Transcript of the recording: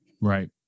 Right